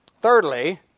Thirdly